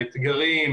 האתגרים,